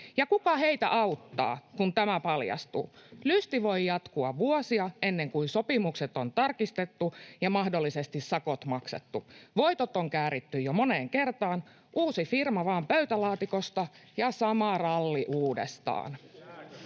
Ja kuka heitä auttaa, kun tämä paljastuu? Lysti voi jatkua vuosia ennen kuin sopimukset on tarkistettu ja mahdollisesti sakot maksettu. Voitot on kääritty jo moneen kertaan — uusi firma vaan pöytälaatikosta, ja sama ralli uudestaan.